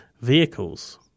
vehicles